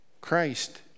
Christ